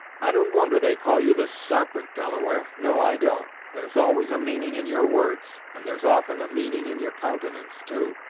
i don't wonder they call you the sarpent, delaware no, i don't! there's always a meaning in your words, and there's often a meaning in your countenance, too!